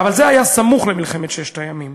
אבל זה היה סמוך למלחמת ששת הימים.